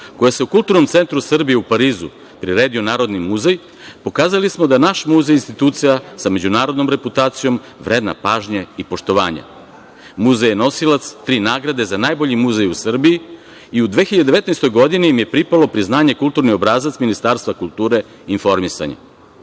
koju je u Kulturnom centru Srbije u Parizu priredio Narodni muzej, pokazali smo da je naš muzej institucija sa međunarodnom reputacijom, vredna pažnje i poštovanja. Muzej je nosilac tri nagrade za najbolji muzej u Srbiji i u 2019. godini im je pripalo priznanje „Kulturni obrazac“ Ministarstva kulture i informisanja. Glumci